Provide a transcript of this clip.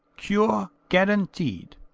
cure guaranteed.